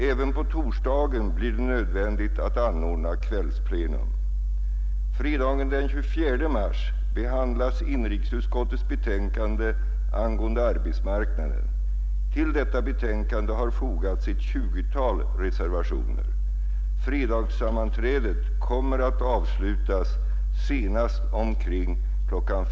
Även på torsdagen blir det nödvändigt att anordna kvällsplenum. Fredagen den 24 mars behandlas inrikesutskottets betänkande angående arbetsmarknaden. Till detta betänkande har fogats ett 20-tal reservationer. Fredagssammanträdet kommer att avslutas senast omkring kl.